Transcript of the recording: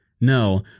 No